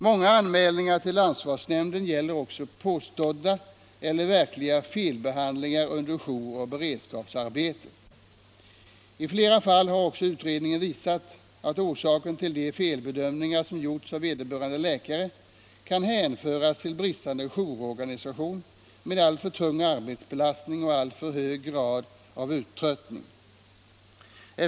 Många anmälningar till ansvarsnämnden gäller också påstådda eller verkliga felbehandlingar under jouroch beredskapsarbete. I flera fall har utredningen visat att orsaken till de felbedömningar som gjorts av vederbörande läkare kan hänföras till en bristande jourorganisation med alltför tung arbetsbelastning och alltför hög grad av uttröttning hos jourhavande läkare.